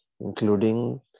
Including